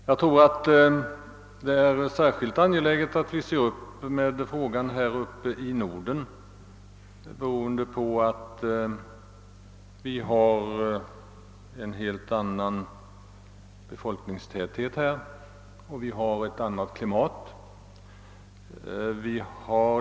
Det är dock särskilt angeläget att vi beaktar denna fråga här uppe i Norden, eftersom vi här har en helt annan befolkningstäthet och ett annat klimat.